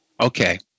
Okay